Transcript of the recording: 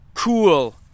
Cool